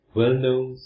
well-known